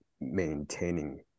maintaining